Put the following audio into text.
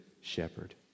shepherd